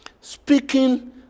speaking